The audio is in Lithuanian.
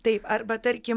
taip arba tarkim